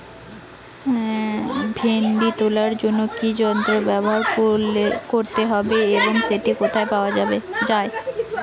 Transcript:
ভিন্ডি তোলার জন্য কি যন্ত্র ব্যবহার করতে হবে এবং সেটি কোথায় পাওয়া যায়?